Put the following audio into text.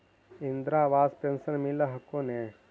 Indira Awas pension मिल हको ने?